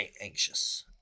anxious